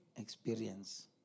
experience